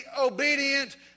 obedient